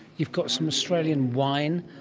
you've got some australian wine.